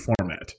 format